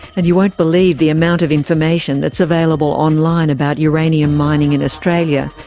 and you won't believe the amount of information that's available online about uranium mining in australia.